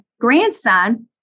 grandson